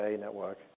network